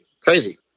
Crazy